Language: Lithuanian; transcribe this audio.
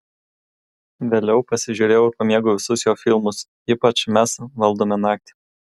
vėliau pasižiūrėjau ir pamėgau visus jo filmus ypač mes valdome naktį